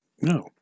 No